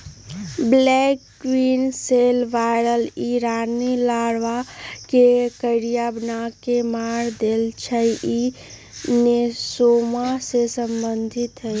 black queen cell virus इ रानी लार्बा के करिया बना के मार देइ छइ इ नेसोमा से सम्बन्धित हइ